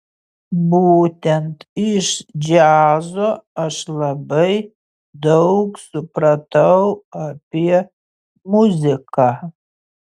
būtent iš džiazo aš labai daug supratau apie muziką